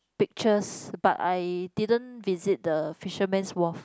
pictures but I didn't visit the Fisherman's Wharf